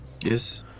Yes